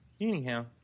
Anyhow